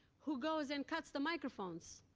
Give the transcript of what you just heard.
who goes and cuts the microphones.